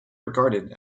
regarded